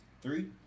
Three